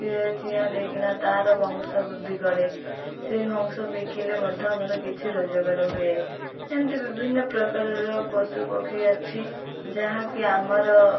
ସିଏ ଚିଆଁ ଦେଇକିନା ତାର ବଂଶ ବୃଦ୍ଧି କରେ ସେଇ ହଂସ ବିକିଲେ ମଧ୍ୟ ଆମର କିଛି ରୋଜଗାର ହୁଏ ଏମିତି ବିଭିନ୍ନ ପ୍ରକାରର ପଶୁପକ୍ଷୀ ଅଛି ଯାହାକି ଆମର